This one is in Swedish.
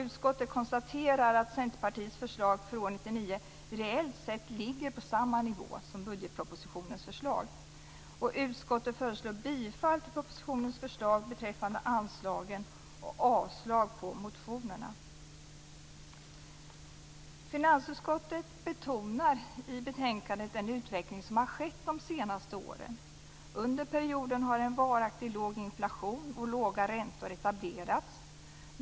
Utskottet konstaterar att Centerpartiets förslag för år 1999 reellt sett ligger på samma nivå som budgetpropositionens förslag. Utskottet föreslår bifall till propositionens förslag beträffande anslagen och avslag på motionerna. Finansutskottet betonar i betänkandet den utveckling som har skett de senaste åren. Under perioden har en varaktig låg inflation och låga räntor etablerats.